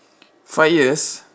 five years